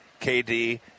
KD